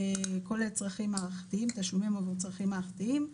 כולל תשלומים עבור צרכים מערכתיים.